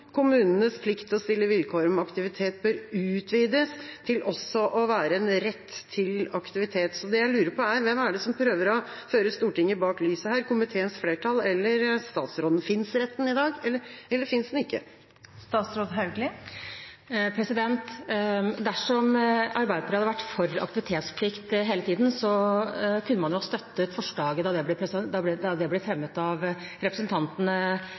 kommunenes plikt til å stille vilkår om aktivitet skal utvides til også å være en rett til aktivitet. Det jeg lurer på, er: Hvem er det som prøver å føre Stortinget bak lyset – komiteens flertall eller statsråden? Finnes retten i dag, eller finnes den ikke? Dersom Arbeiderpartiet hadde vært for aktivitetsplikt hele tiden, kunne de jo ha støttet forslaget da det ble fremmet av